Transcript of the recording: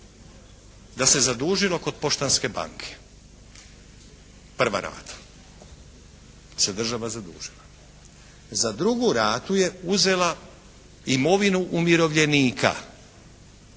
da se zadužilo kod Poštanske banke, prva rata se država zadužila. Za drugu ratu je uzela imovinu umirovljenika,